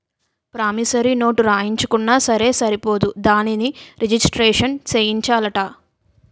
promissory note రాయించుకున్నా సరే సరిపోదు దానిని రిజిస్ట్రేషను సేయించాలట